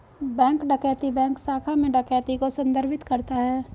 bank डकैती bank शाखा में डकैती को संदर्भित करता है